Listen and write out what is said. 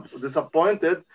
disappointed